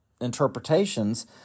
interpretations